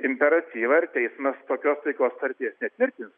imperatyvą ir teismas pagal taikos sutarties netvirtins